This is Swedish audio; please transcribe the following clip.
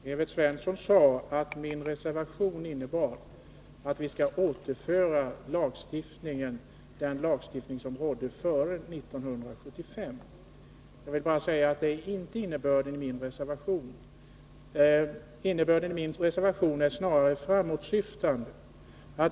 Herr talman! Evert Svensson sade att min reservation innebar att vi skall återföra lagstiftningen till vad som rådde före 1975. Jag vill bara säga att det inte är innebörden i min reservation. Reservationen är snarare framåtsyftande.